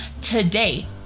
today